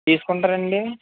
తీసుకుంటారండి